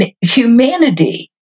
humanity